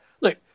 look